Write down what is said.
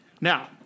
Now